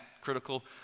critical